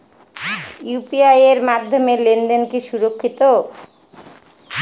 UPI এর মাধ্যমে লেনদেন কি সুরক্ষিত?